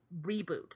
reboot